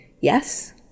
yes